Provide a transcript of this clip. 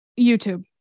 YouTube